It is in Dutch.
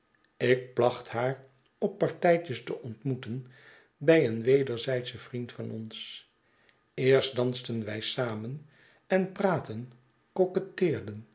ik placht haar op partijtjes te ontmoeten bij een wederzijdschen vriend van ons eerst dansten wij samen en praatten